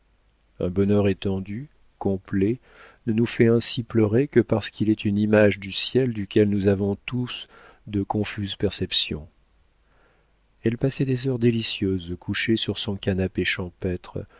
un bonheur étendu complet ne nous fait ainsi pleurer que parce qu'il est une image du ciel duquel nous avons tous de confuses perceptions elle passait des heures délicieuses couchée sur son canapé champêtre